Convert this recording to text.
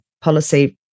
policy